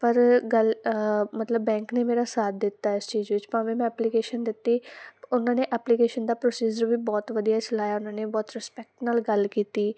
ਪਰ ਗੱਲ ਮਤਲਬ ਬੈਂਕ ਨੇ ਮੇਰਾ ਸਾਥ ਦਿੱਤਾ ਇਸ ਚੀਜ਼ ਵਿੱਚ ਭਾਵੇਂ ਮੈਂ ਐਪਲੀਕੇਸ਼ਨ ਦਿੱਤੀ ਉਹਨਾਂ ਨੇ ਐਪਲੀਕੇਸ਼ਨ ਦਾ ਪ੍ਰੋਸੀਜ਼ਰ ਵੀ ਬਹੁਤ ਵਧੀਆ ਚਲਾਇਆ ਉਹਨਾਂ ਨੇ ਬਹੁਤ ਰਿਸਪੈਕਟ ਨਾਲ ਗੱਲ ਕੀਤੀ